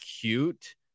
cute